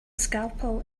scalpel